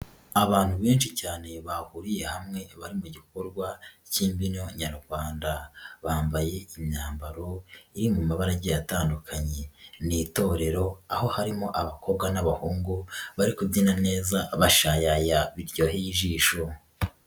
Abantu benshi cyane bahuriye hamwe bari mu gikorwa cy'imbyino Nyarwanda, bambaye imyambaro iri mu mabarage atandukanye, n'itorero aho harimo abakobwa n'abahungu bari kubyina neza bashayaya biryoheye ijisho.